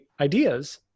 ideas